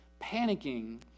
panicking